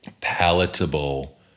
palatable